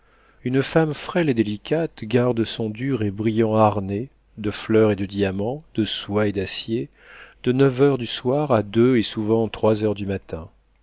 une femme frêle et délicate garde son dur et brillant harnais de fleurs et de diamants de soie et d'acier de neuf heures du soir à deux et souvent trois heures du matin